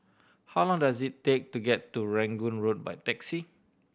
how long does it take to get to Rangoon Road by taxi